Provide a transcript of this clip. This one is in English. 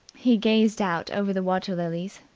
he gazed out over the water-lilies,